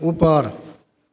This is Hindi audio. ऊपर